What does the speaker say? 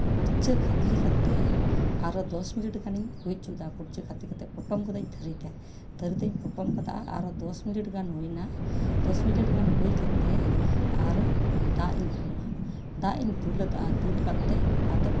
ᱠᱩᱲᱪᱟᱹ ᱠᱷᱟᱫᱽᱞᱮ ᱠᱟᱛᱮᱫ ᱟᱨᱚ ᱫᱚᱥ ᱢᱤᱱᱤᱴ ᱜᱟᱱᱤᱧ ᱦᱩᱭ ᱦᱚᱪᱚᱭᱮᱫᱟ ᱠᱩᱲᱪᱟᱹ ᱠᱷᱟᱫᱽᱞᱮ ᱠᱟᱛᱮᱫ ᱯᱚᱴᱚᱢ ᱠᱟᱹᱫᱟᱹᱧ ᱛᱷᱟᱹᱨᱤ ᱛᱮ ᱛᱷᱟᱹᱨᱤ ᱛᱤᱧ ᱯᱚᱴᱚᱢ ᱠᱟᱫᱟ ᱟᱨᱦᱚᱸ ᱫᱚᱥ ᱢᱤᱱᱤᱴ ᱜᱟᱱ ᱦᱩᱭᱮᱱᱟ ᱫᱚᱥ ᱢᱤᱱᱤᱴ ᱜᱟᱱ ᱦᱩᱭ ᱠᱟᱛᱮᱫ ᱟᱨᱚ ᱫᱟᱜ ᱤᱧ ᱫᱩᱞᱟᱜᱼᱟ ᱫᱟᱜ ᱤᱧ ᱫᱩᱞ ᱟᱫᱟ ᱫᱩᱞ ᱠᱟᱛᱮᱫ ᱟᱫᱚ